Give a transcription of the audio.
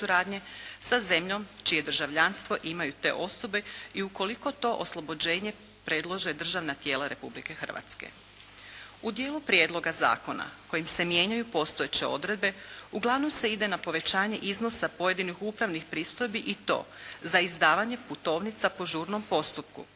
sa zemljom čije državljanstvo imaju te osobe i ukoliko to oslobođenje predlože državna tijela Republike Hrvatske. U dijelu prijedloga zakona kojim se mijenjaju postojeće odredbe uglavnom se ide na povećanje iznosa pojedinih upravnih pristojbi i to: za izdavanje putovnica po žurnom postupku,